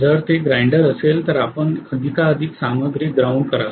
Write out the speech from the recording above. जर ते ग्राइंडर असेल तर आपण अधिकाधिक सामग्री ग्राउंड कराल